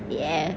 ya